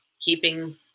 keeping